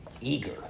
Eager